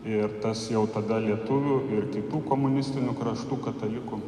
ir tas jau tada lietuvių ir kitų komunistinių kraštų katalikų